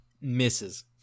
misses